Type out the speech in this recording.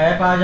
है?